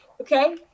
Okay